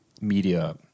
media